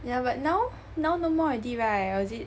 yeah but now now no more already right was it